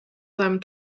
seinem